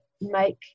make